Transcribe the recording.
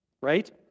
right